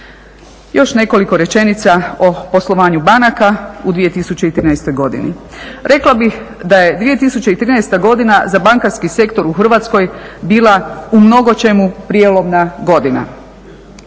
Još nekoliko rečenica o poslovanju banaka u 2013. godini. Rekla bih da je 2013. godina za bankarski sektor u Hrvatskoj bila u mnogo čemu prijelomna godina.